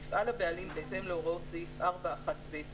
יפעל הבעלים בהתאם להוראות סעיף 4(1)(ב)."